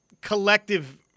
collective